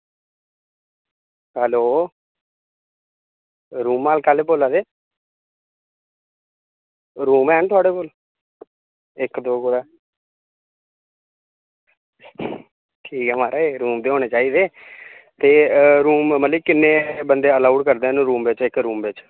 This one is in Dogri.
हैलो रूम मालक आह्ले बोल्ला दे रूम हैन थुआढ़े कोल इक्क दौ कुदै ठीक ऐ म्हाराज रूम ते होने चाहिदे ते मतलब किन्ने बंदे अलोऽ करदे न इक्क कमरे बिच